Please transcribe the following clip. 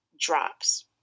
drops